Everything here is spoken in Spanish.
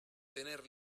tener